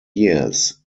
years